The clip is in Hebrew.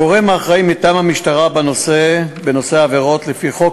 הגורם האחראי מטעם המשטרה בנושא עבירות לפי חוק